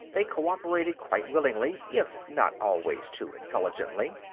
they cooperated quite willingly, if not always too intelligently.